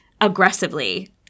aggressively